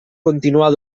continuar